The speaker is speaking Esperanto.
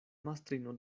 mastrino